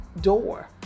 door